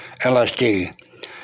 LSD